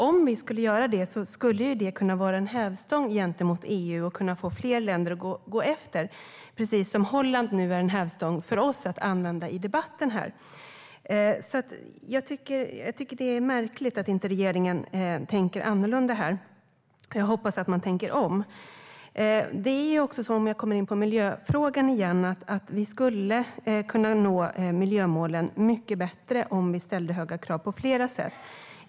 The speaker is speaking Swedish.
Om vi skulle göra det skulle det kunna vara en hävstång gentemot EU, och vi skulle kunna få flera länder att gå efter, precis som Holland nu är en hävstång för oss att använda i debatten. Det är märkligt att regeringen inte tänker annorlunda här. Jag hoppas att den tänker om. Jag kommer in på miljöfrågan igen. Vi skulle kunna nå miljömålen mycket bättre på flera sätt om vi ställde högre krav.